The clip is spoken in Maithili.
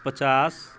पचास